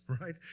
right